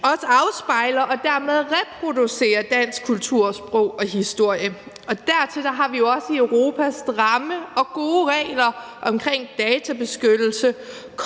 også afspejler og dermed reproducerer dansk kultur, sprog og historie. Og dertil har vi jo også i Europa stramme og gode regler omkring databeskyttelse,